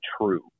true